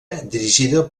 dirigida